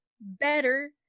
better